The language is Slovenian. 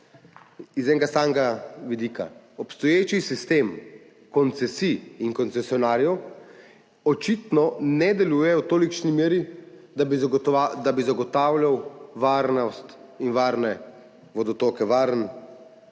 iz enega samega vidika. Obstoječi sistem koncesij in koncesionarjev očitno ne deluje v tolikšni meri, da bi zagotavljal varnost in varne vodotoke, varno